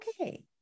okay